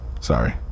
Sorry